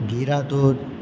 ગિરા ધોધ